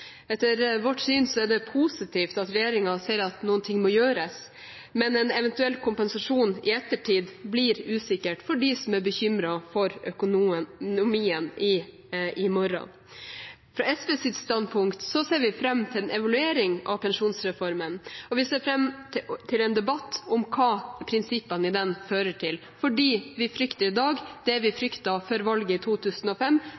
Etter vårt syn er det positivt at regjeringen ser at noe må gjøres, men en eventuell kompensasjon i ettertid blir usikkert for dem som er bekymret for økonomien i morgen. Fra SVs side ser vi fram til en evaluering av pensjonsreformen, og vi ser fram til en debatt om hva prinsippene i den fører til, fordi vi frykter i dag det vi fryktet før valget i 2005,